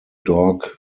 dog